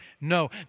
no